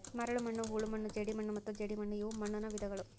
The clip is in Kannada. ಮರಳುಮಣ್ಣು ಹೂಳುಮಣ್ಣು ಜೇಡಿಮಣ್ಣು ಮತ್ತು ಜೇಡಿಮಣ್ಣುಇವು ಮಣ್ಣುನ ವಿಧಗಳು